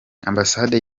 ambasade